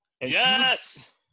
Yes